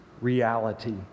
reality